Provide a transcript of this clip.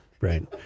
right